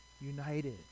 united